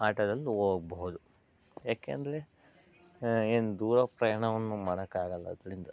ಆಟೋದಲ್ಲಿ ಹೋಗ್ಬಹುದು ಯಾಕೆಂದರೆ ಏನು ದೂರ ಪ್ರಯಾಣವನ್ನು ಮಾಡೋಕ್ಕಾಗೋಲ್ಲ ಅದರಿಂದ